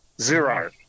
Zero